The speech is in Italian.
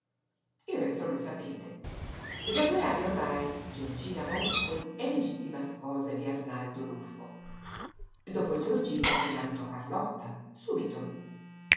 il resto lo sapete da due anni ormai giorgina marúccoli è legittima sposa di arnaldo ruffo dopo giorgina si maritò carlotta subito